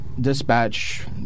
dispatch